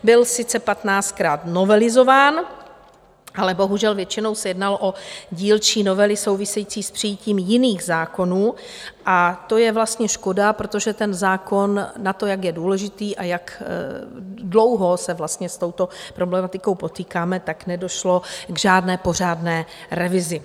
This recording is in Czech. Byl sice patnáctkrát novelizován, ale bohužel, většinou se jednalo o dílčí novely související s přijetím jiných zákonů, a to je vlastně škoda, protože ten zákon na to, jak je důležitý a jak dlouho se s touto problematikou potýkáme, tak nedošlo k žádné pořádné revizi.